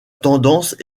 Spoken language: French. tendance